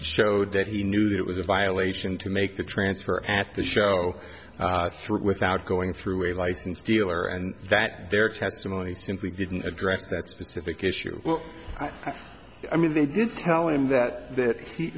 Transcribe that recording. showed that he knew that it was a violation to make the transfer at the show through without going through a licensed dealer and that their testimony simply didn't address that specific issue well i mean they didn't tell him that that